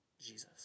Jesus